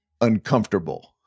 uncomfortable